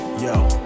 Yo